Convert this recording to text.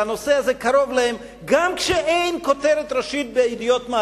שהנושא הזה קרוב להם גם כשאין כותרת ראשית ב"ידיעות",